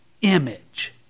Image